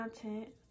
content